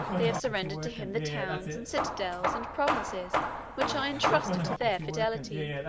they have surrendered to him the towns, and citadels, and provinces which i intrusted to their fidelity.